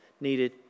needed